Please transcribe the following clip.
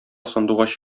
сандугач